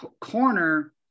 corner